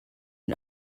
and